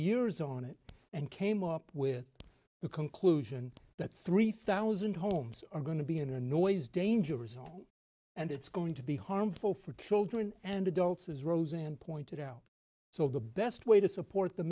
years on it and came up with the conclusion that three thousand homes are going to be in a noise dangerous zone and it's going to be harmful for children and adults as roseanne pointed out so the best way to support the